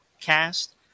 cast